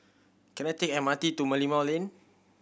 can I take M R T to Merlimau Lane